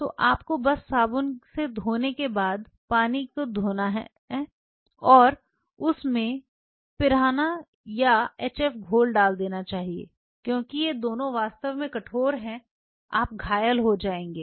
तो आपको बस साबुन से धोने के बाद पानी को धोना है और उसमें पिरान्हा या एचएफ घोल डाल देना चाहिए क्योंकि ये दोनों वास्तव में कठोर हैं आप घायल हो जाएंगे